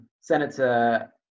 Senator